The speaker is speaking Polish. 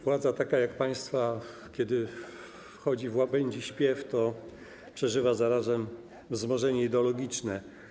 Władza taka jak państwa, kiedy wchodzi w łabędzi śpiew, przeżywa zarazem wzmożenie ideologiczne.